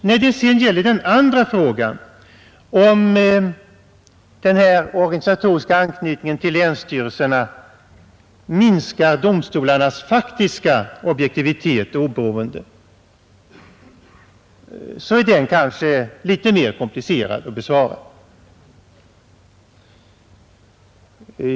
När det gäller den andra frågan, om den organisatoriska anknytningen till länsstyrelserna minskar domstolarnas faktiska objektivitet och oberoende, så är den litet mera komplicerad att besvara.